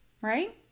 right